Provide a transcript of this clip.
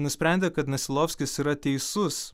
nusprendė kad nasilovskis yra teisus